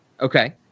Okay